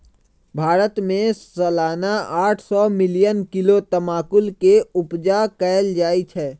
भारत में सलाना आठ सौ मिलियन किलो तमाकुल के उपजा कएल जाइ छै